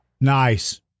Nice